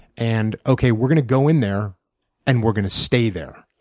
and okay, we're going to go in there and we're going to stay there.